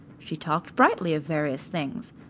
she talked brightly of various things,